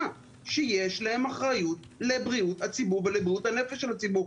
שיש להם אחריות לבריאות הציבור ולבריאות הנפש של הציבור.